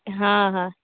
हँ हँ